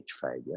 failure